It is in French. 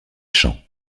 champs